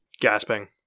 Gasping